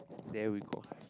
there we go